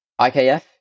IKF